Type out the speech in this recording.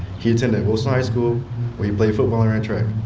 he attended wilson high school where he played football and ran track.